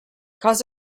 cause